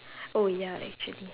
oh ya actually